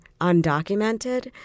undocumented